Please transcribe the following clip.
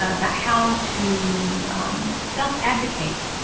about how to self-advocate.